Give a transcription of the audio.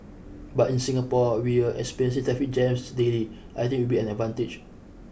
but in Singapore where experience traffic jams daily I think it will be an advantage